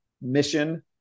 mission